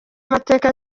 amateka